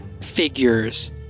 figures